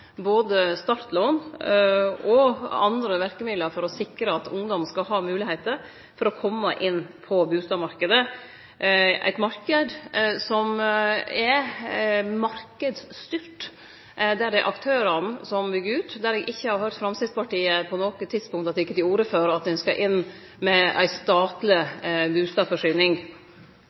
både startlån og andre verkemiddel for å sikre at ungdom skal ha moglegheiter til å kome inn på bustadmarknaden – ein marknad som er marknadsstyrt, der det er aktørane som byggjer ut, og der eg ikkje har høyrt at Framstegspartiet på noko tidspunkt har teke til orde for at ein skal inn med ei statleg bustadforsyning.